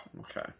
Okay